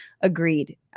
Agreed